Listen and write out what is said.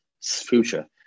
future